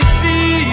see